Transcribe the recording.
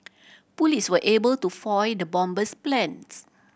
police were able to foil the bomber's plans